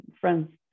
friends